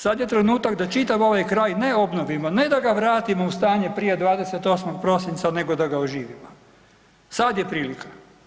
Sad je trenutak da čitav ovaj kraj ne obnovimo, ne da ga vratimo u stanje prije 28. prosinca nego da ga oživimo, sad je prilika.